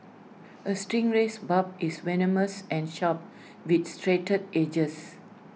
A stingray's barb is venomous and sharp with serrated edges